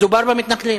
מדובר במתנחלים,